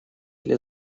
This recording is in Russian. для